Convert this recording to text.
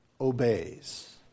obeys